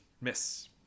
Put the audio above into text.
miss